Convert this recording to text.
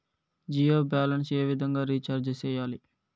Jio balance ఏ విధంగా recharge సేయాలి?